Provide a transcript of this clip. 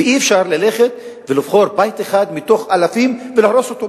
ואי-אפשר ללכת ולבחור בית אחד מתוך אלפים ולהרוס אותו.